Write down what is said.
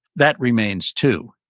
that remains too.